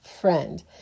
friend